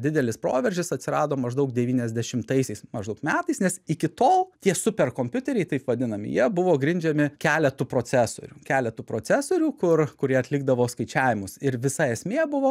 didelis proveržis atsirado maždaug devyniasdešimtaisiais maždaug metais nes iki tol tie superkompiuteriai taip vadinami jie buvo grindžiami keletu procesorių keletu procesorių kur kurie atlikdavo skaičiavimus ir visa esmė buvo